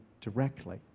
directly